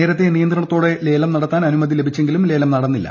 നേരത്തെ നിയന്ത്രണത്തോടെ ലേലം നടത്താൻ അനുമതി ലഭിച്ചെങ്കിലും ലേലം നടന്നില്ല